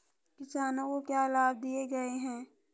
किसानों को क्या लाभ दिए गए हैं?